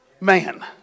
man